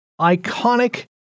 Iconic